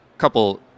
Couple